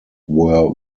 were